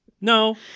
No